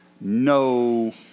no